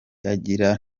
agirira